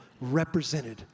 represented